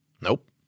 Nope